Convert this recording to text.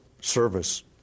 service